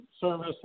service